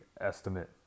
estimate